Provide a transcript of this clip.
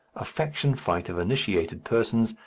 a faction fight of initiated persons,